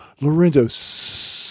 Lorenzo